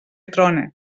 trone